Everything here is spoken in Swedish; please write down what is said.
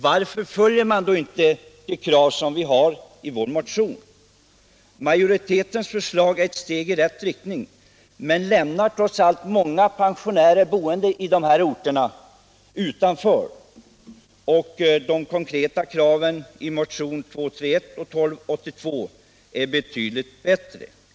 Varför ansluter man sig då inte till de krav som vi för fram i vår motion? Majoritetens förslag är ett steg i rätt riktning men lämnar trots allt många pensionärer i kommuner med låga KBT belopp utanför. De konkreta kraven i motionerna 231 och 1282 är betydligt bättre.